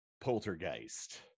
Poltergeist